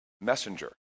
messenger